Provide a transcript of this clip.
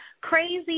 crazy